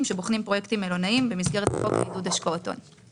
שבוחנים פרויקטים מלונאיים במסגרת חוק עידוד השקעות הון.